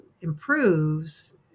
improves